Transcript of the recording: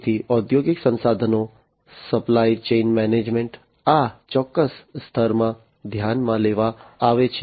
તેથી ઔદ્યોગિક સંસાધનો સપ્લાય ચેઇન મેનેજમેન્ટ આ ચોક્કસ સ્તરમાં ધ્યાનમાં લેવામાં આવે છે